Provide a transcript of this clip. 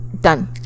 Done